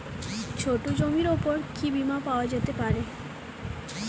ছোট জমির উপর কি বীমা পাওয়া যেতে পারে?